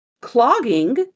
clogging